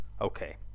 Okay